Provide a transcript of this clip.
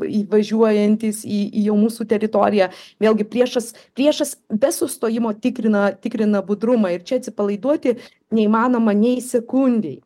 įvažiuojantys į į jau mūsų teritoriją vėlgi priešas priešas be sustojimo tikrina tikrina budrumą ir čia atsipalaiduoti neįmanoma nei sekundei